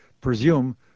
presume